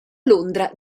londra